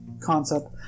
concept